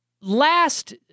last